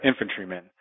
infantrymen